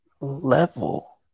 level